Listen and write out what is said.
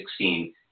2016